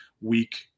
week